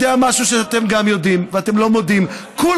משהו שגם אתם יודעים ואתם לא מודים בו.